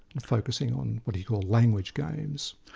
and focusing on what he called language games.